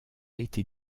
été